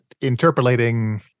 interpolating